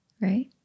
right